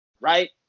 Right